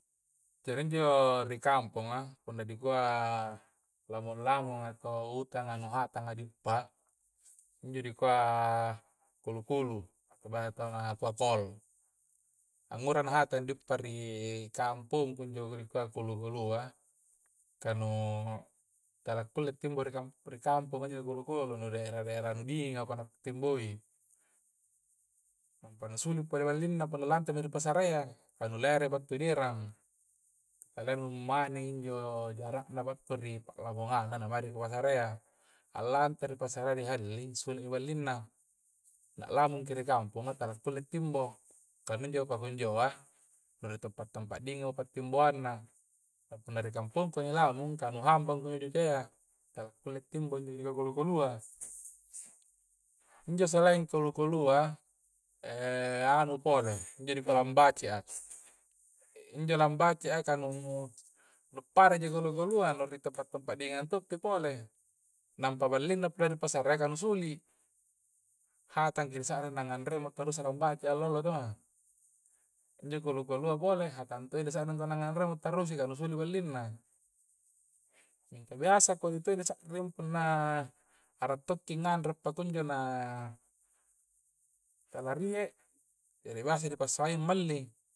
Jari injo ri kampunga punna di kua lamung-lamung ato utang ato hatanga di guppa injo dikua kolu-kolu atau batara buah kol anggura hatang di uppa ri kampongku kunjo dikua kolu-kolua kah nu talu kulle timbo ri kampongan ri kamponga injo kolu-kolu nu daerah-daerah dinginga pa nu timboi nampanna suli' todo ballingna punna lante m ri pasara yya. kah nu lere battu ni erang kah lere mani injo jara'na battu ri pa'lamonganna nu mari ri pua pasaraya a' lante ripasaraya di halli suli'mi balling na na'lamungki ri kamponga tala kulle timbong kah injo pakunjoa hure toppa ditampa dinging pantimboangna kah punna ri kampongku di lamung kah nu hambang konjo joka yya tala kulle timbong injo ri kolu-kolu a injo salaing kolu-kolu a anu pole injo di kua lambace a injo lambacea ka nu nu padda ji kolu-kolua nu ri tempa-tempa padinging tompi pole nampa balling na ri pasara kah nu suli hatangki ri sa'ring tangandreangmo tarusu baca lo allo lloi taua injo to kolu-kolua pole hatang tong di sa'ring tu tong nganreang nu tarrusuki kah nu suli balling na mingka kodi to' disa'ring punna a'ra to' ki nganre pakunjo na tala rie jadi biasa itu di passai mami malli